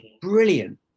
brilliant